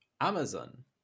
Amazon